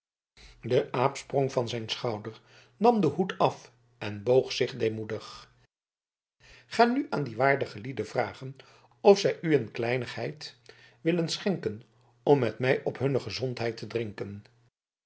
de aap sprong van zijn schouder nam den hoed af en boog zich deemoedig ga nu aan die waardige lieden vragen of zij u een kleinigheid willen schenken om met mij op hunne gezondheid te drinken